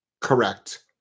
Correct